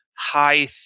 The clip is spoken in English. high